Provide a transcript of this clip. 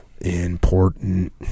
Important